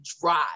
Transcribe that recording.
drive